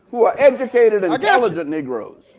who are educated and intelligent negroes